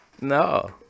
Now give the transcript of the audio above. no